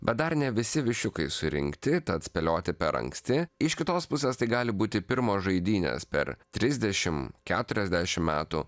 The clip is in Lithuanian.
bet dar ne visi viščiukai surinkti tad spėlioti per anksti iš kitos pusės tai gali būti pirmos žaidynės per trisdešim keturiasdešim metų